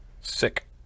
Sick